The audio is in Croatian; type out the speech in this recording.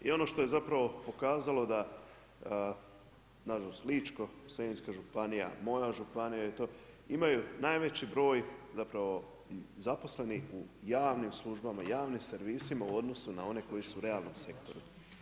I ono što je zapravo pokazalo da na žalost Ličko-senjska županija i moja županija i to imaju najveći broj, zapravo zaposlenih u javnim službama, javnim servisima u odnosu na one koji su u realnom sektoru.